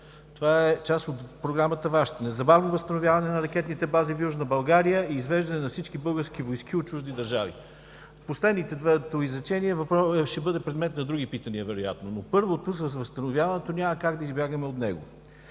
това е част от Вашата Програма. „Незабавно възстановяване на ракетните бази в Южна България и извеждане на всички български войски от чужди държави.“ Последното изречение ще бъде предмет на други питания вероятно, но от първото – за възстановяването, няма как да избягаме.